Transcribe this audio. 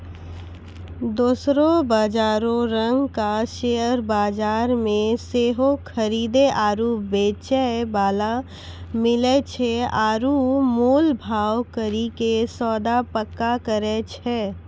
दोसरो बजारो रंगका शेयर बजार मे सेहो खरीदे आरु बेचै बाला मिलै छै आरु मोल भाव करि के सौदा पक्का करै छै